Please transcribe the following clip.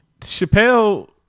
Chappelle